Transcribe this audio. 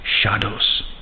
shadows